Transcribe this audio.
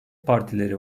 partileri